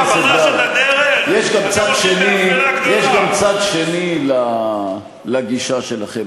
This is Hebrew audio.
חבר הכנסת בר, יש גם צד שני לגישה שלכם.